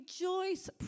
rejoice